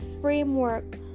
framework